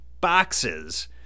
boxes